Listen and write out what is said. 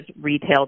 retail